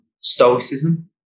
Stoicism